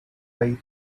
way